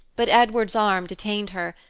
but edward's arm detained her,